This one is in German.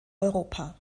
europa